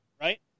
right